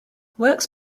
works